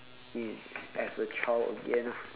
it as a child again ah